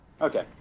Okay